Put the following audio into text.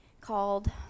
called